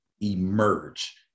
emerge